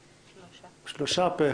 הצבעה בעד, 3 נגד, אין נמנעים, אין פה אחד.